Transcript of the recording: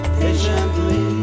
patiently